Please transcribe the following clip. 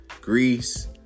Greece